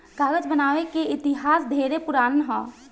कागज बनावे के इतिहास ढेरे पुरान ह